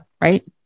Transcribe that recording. right